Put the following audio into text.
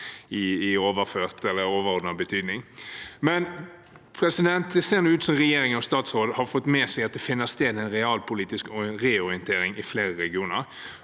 i overordnet betydning. Det ser ut som om regjeringen og statsråden har fått med seg at det finner sted en realpolitisk reorientering i flere regioner.